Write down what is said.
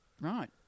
Right